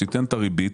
שתיתן את הריבית,